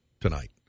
tonight